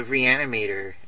Reanimator